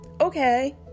Okay